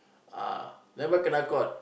ah never kena caught